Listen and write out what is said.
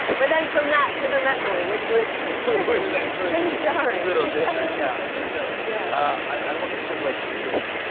but then from that to the met ball, which was really jarring. a little different, yeah. i guess so. yeah. i want to talk about two things.